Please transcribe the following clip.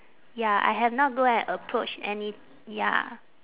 ya I have not go and approach any ya